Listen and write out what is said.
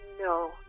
No